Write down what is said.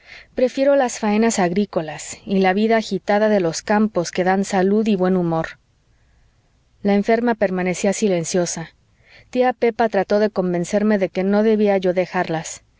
prefiero las faenas agrícolas y la vida agitada de los campos que dan salud y buen humor la enferma permanecía silenciosa tía pepa trató de convencerme de que no debía yo dejarlas